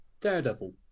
Daredevil